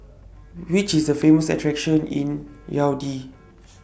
Which IS The Famous attractions in Yaounde